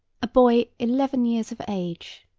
a boy eleven years of age,